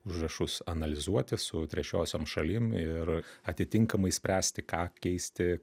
užrašus analizuoti su trečiosiom šalim ir atitinkamai spręsti ką keisti